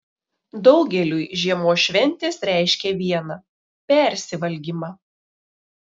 daugeliui žiemos šventės reiškia viena persivalgymą